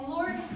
Lord